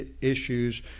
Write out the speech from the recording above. issues